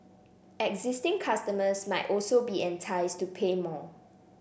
existing customers might also be enticed to pay more